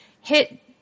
hit